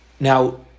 Now